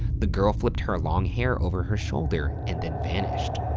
the girl flipped her long hair over her shoulder and then vanished.